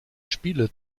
spiele